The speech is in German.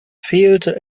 fehlte